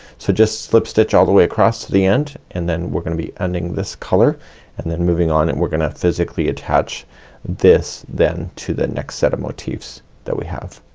so just slip stitch all the way across to the end and then we're gonna be ending this color and then moving on and we're gonna physically attach this then to the next set of motifs that we have.